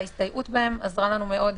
וההסתייעות בהם עזרה לנו מאוד.